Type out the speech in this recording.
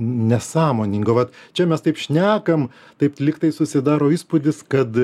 nesąmoningo vat čia mes taip šnekam taip lyg tai susidaro įspūdis kad